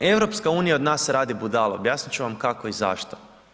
EU od nas radi budale, objasnit ću vam kako i zašto.